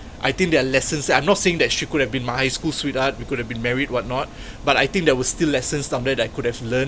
I think there are lessons there I'm not saying that she could have been my high school sweetheart we could've been married what not but I think that was still lessons some there that I could have learnt